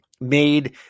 made